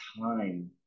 time